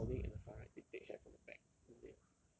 if you're balding in the front right they take hair from the back then they